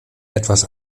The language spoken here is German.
etwas